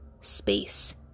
space